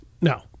no